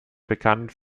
bekannt